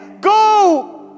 go